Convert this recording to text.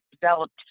developed